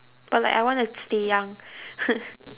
but like I want to stay young